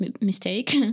mistake